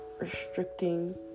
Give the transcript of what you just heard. restricting